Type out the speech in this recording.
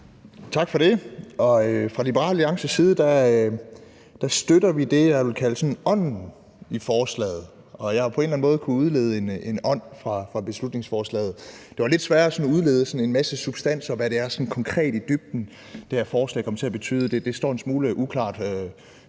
Tak for det. Fra Liberal Alliances side støtter vi det, jeg sådan vil kalde ånden i forslaget. Jeg har på en eller enden måde kunnet udlede en ånd fra beslutningsforslaget. Det var lidt sværere at udlede en masse substans, og hvad forslaget sådan konkret i dybden vil komme til at betyde. Det står en smule uklart